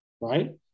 right